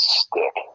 stick